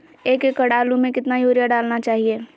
एक एकड़ आलु में कितना युरिया डालना चाहिए?